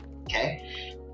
okay